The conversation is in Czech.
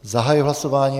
Zahajuji hlasování.